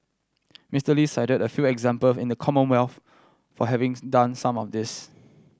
Mister Lee cited a few example in the Commonwealth for having's done some of this